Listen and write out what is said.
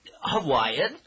Hawaiian